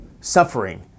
suffering